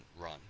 run